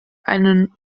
einen